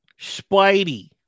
Spidey